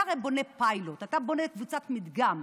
אתה הרי בונה פיילוט, אתה בונה קבוצת מדגם,